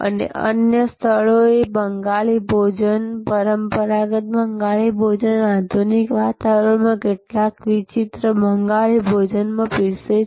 અને અન્ય સ્થળોએ બંગાળી ભોજન પરંપરાગત બંગાળી ભોજન આધુનિક વાતાવરણમાં કેટલાક વિચિત્ર બંગાળી ભોજનમાં પીરસે છે